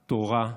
תורה,